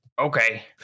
Okay